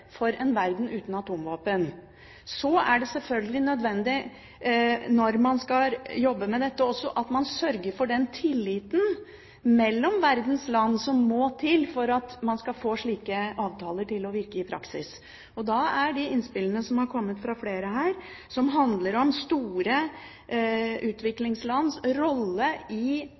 for en verden uten atomvåpen. Så er det selvfølgelig nødvendig, når man skal jobbe med dette, at man sørger for den tilliten mellom verdens land som må til for at man skal få slike avtaler til å virke i praksis. Da er de innspillene som er kommet fra flere her, som handler om store utviklingslands rolle i